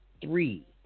three